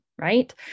right